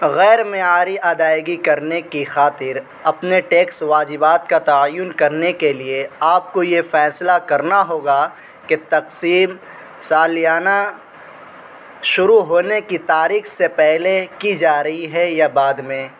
غیر معیاری ادائیگی کرنے کی خاطر اپنے ٹیکس واجبات کا تعین کرنے کے لیے آپ کو یہ فیصلہ کرنا ہوگا کہ تقسیم سالیانہ شروع ہونے کی تاریخ سے پہلے کی جا رہی ہے یا بعد میں